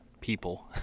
people